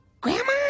Grandma